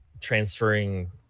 transferring